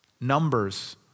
Numbers